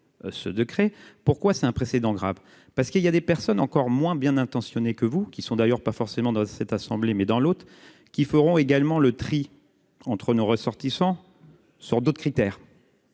cassé ce 2 pourquoi c'est un précédent grave parce qu'il y a des personnes encore moins bien intentionnés que vous, qui sont d'ailleurs pas forcément dans cette assemblée, mais dans l'autre, qui feront également le tri entre nos ressortissants sur d'autres critères.